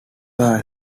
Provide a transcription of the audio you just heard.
are